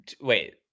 wait